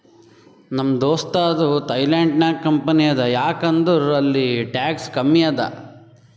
ನಮ್ ದೋಸ್ತದು ಥೈಲ್ಯಾಂಡ್ ನಾಗ್ ಕಂಪನಿ ಅದಾ ಯಾಕ್ ಅಂದುರ್ ಅಲ್ಲಿ ಟ್ಯಾಕ್ಸ್ ಕಮ್ಮಿ ಅದಾ